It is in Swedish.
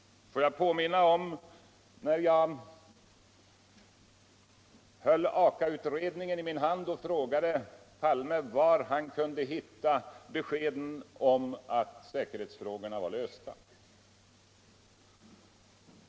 Låt mig påminna om den gång då jag höll Aka-utredningen i min hand och frägade herr Palme var han kunde hitta beskedet att säkerhetsfrågorna var lösta.